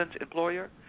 employer